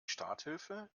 starthilfe